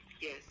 Yes